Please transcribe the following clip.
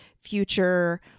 future